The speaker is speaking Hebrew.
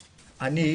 אני,